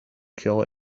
kill